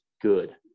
Good